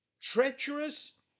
treacherous